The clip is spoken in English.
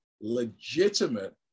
legitimate